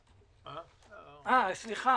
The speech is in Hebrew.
בהצלחה.